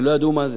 שלא ידעו מה זה,